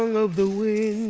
of the wind